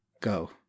go